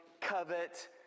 covet